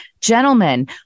Gentlemen